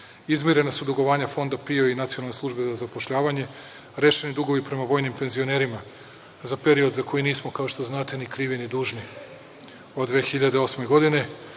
Izmirena su dugovanja Fondu PIO i Nacionalnoj službi za zapošljavanje. Rešeni dugovo prema vojnim penzionerima za period za koji nismo, kao što znate, ni krivi ni dužni od 2008 godine. Morali